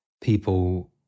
people